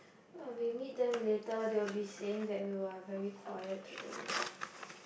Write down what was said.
what if we meet them later they will be saying that you are very quiet today